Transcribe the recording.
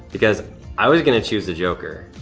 because i was gonna choose the joker,